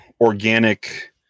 organic